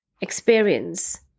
experience